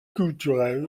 culturel